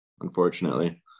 unfortunately